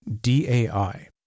D-A-I